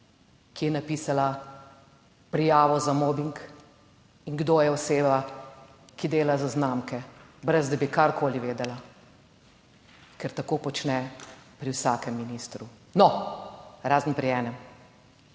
ki je napisala prijavo za mobing in kdo je oseba, ki dela zaznamke, brez da bi karkoli vedela, ker tako počne pri vsakem ministru. No, razen pri enem.